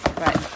Right